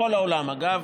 בכל העולם אגב,